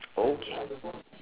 okay